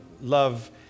love